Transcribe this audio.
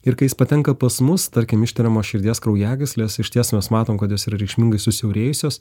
ir kai jis patenka pas mus tarkim ištiriamos širdies kraujagyslės išties mes matom kad jos yra reikšmingai susiaurėjusios